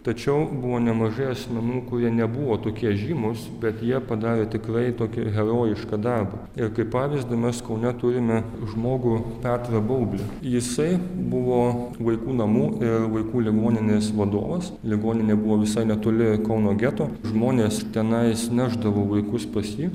tačiau buvo nemažai asmenų kurie nebuvo tokie žymūs bet jie padarė tikrai tokį herojišką darbą ir kaip pavyzdį mes kaune turime žmogų petrą baublį jisai buvo vaikų namų ir vaikų ligoninės vadovas ligoninė buvo visai netoli kauno geto žmonės tenais nešdavo vaikus pas jį